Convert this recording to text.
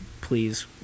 Please